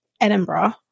Edinburgh